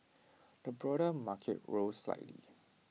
the broader market rose slightly